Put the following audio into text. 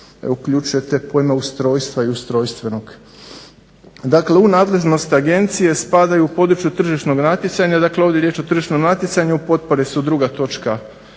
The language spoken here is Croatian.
uključuje te pojmove ustrojstva i ustrojstvenog. Dakle, u nadležnost Agencije spadaju u području tržišnog natjecanja, dakle ovdje je riječ o tržišnom natjecanju potpore su druga točka